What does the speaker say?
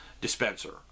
dispenser